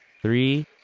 three